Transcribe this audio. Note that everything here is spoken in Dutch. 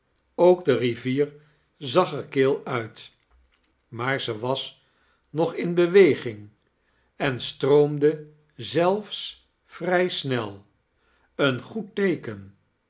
ook de rivier zag er kil nit maar ze was nog in beweging en stroomde zelfs vrij smel een goed teeken